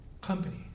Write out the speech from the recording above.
company